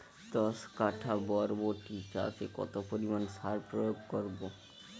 দশ কাঠা বরবটি চাষে কত পরিমাণ সার প্রয়োগ করব?